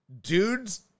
dudes